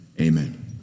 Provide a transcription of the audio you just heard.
amen